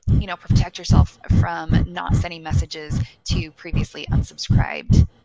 you know, protect yourself from not sending messages to previously unsubscribed,